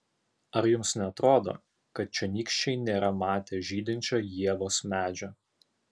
ar jums neatrodo kad čionykščiai nėra matę žydinčio ievos medžio